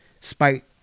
spite